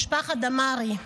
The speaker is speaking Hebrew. משפחת דמארי,